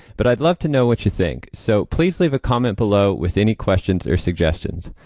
but i'd love to know what you think so, please leave a comment below with any questions or suggestions.